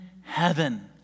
heaven